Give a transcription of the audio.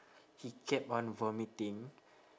he kept on vomiting